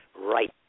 right